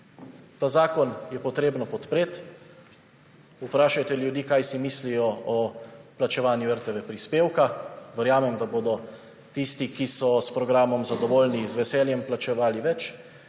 Ta zakon je potrebno podpreti. Vprašajte ljudi, kaj si mislijo o plačevanju RTV prispevka. Verjamem, da bodo tisti, ki so s programom zadovoljni, z veseljem plačevali več,